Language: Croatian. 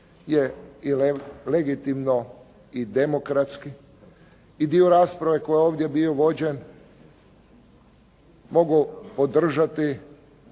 je i legitimno i demokratski i dio rasprave koji je ovdje bio vođen mogu podržati